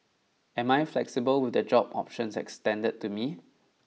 am I flexible with the job options extended to me